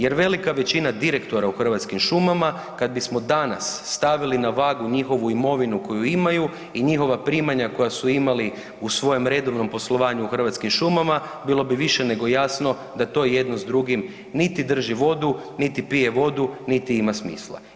Jer velika većina direktora u Hrvatskim šumama kad bismo danas stavili na vagu njihovu imovinu koju imaju i njihova primanja koja su imala u svojem redovnom poslovanju u Hrvatskim šumama bilo bi više nego jasno da to jedno s drugim niti drži vodu niti pije vodu niti ima smisla.